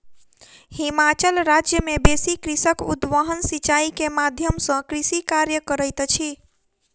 हिमाचल राज्य मे बेसी कृषक उद्वहन सिचाई के माध्यम सॅ कृषि कार्य करैत अछि